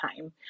time